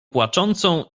płaczącą